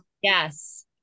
Yes